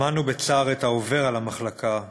שמענו בצער את העובר על המחלקה.